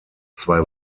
zwei